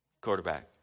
quarterback